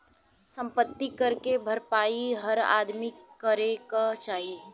सम्पति कर के भरपाई हर आदमी के करे क चाही